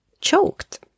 choked